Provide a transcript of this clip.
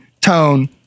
tone